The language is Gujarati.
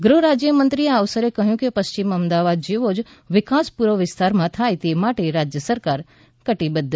ગૃહ રાજ્યમંત્રીએ આ અવસરે કહ્યું કે પશ્ચિમ અમદાવાદ જેવો જ વિકાસ પૂર્વ વિસ્તારમાં થાય તે માટે રાજ્ય સરકાર કટિબદ્ધ છે